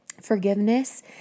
Forgiveness